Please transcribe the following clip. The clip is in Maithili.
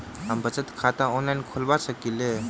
हम बचत खाता ऑनलाइन खोलबा सकलिये?